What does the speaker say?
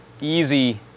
easy